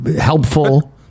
helpful